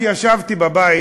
כשישבתי בבית,